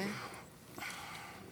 חברי הכנסת, זה נוסח ההצהרה: